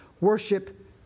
worship